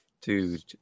dude